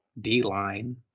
D-line